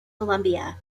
columbia